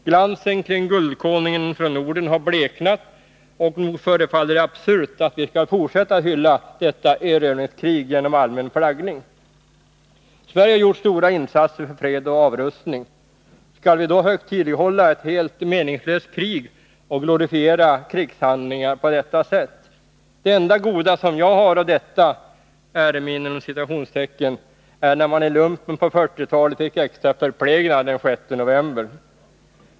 Glansen kring guldkonungen från Norden har bleknat, och nog förefaller det absurt att vi skall fortsätta att hylla detta erövringskrig med allmän flaggning. Sverige har gjort stora insatser för fred och avrustning. Skall vi då högtidlighålla ett fullständigt meningslöst krig och glorifiera krigshandlingar på detta sätt? Det enda goda som jag hade av detta ”äreminne” var när jag i lumpen på 1940-talet fick extra förplägnad den 6 november.